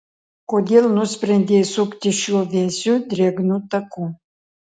kodėl nusprendei sukti šiuo vėsiu drėgnu taku